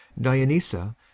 Dionysa